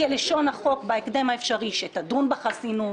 כלשון בחוק, בהקדם האפשרי, שתדון בחסינות.